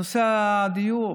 נושא הדיור,